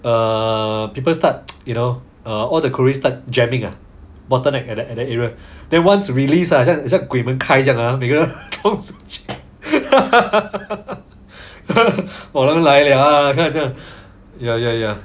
err people start you know err all the COVID start jabbing ah bottleneck at that at that area then once released it's like 鬼门开这样每个人 chiong 出去 有人来了 ya ya ya